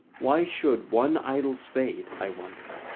why should one idle spade, i wonder,